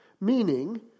meaning